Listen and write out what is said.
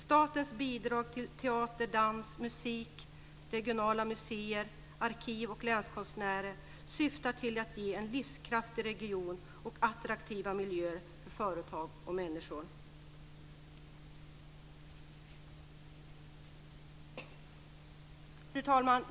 Statens bidrag till teater, dans, musik, regionala museer, arkiv och länskonstnärer syftar till att ge en livskraftig region och attraktiva miljöer för företag och människor. Fru talman!